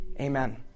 Amen